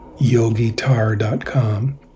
yogitar.com